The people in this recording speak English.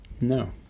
No